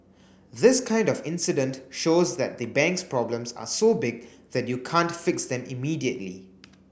this kind of incident shows that the bank's problems are so big that you can't fix them immediately